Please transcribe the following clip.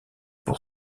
pour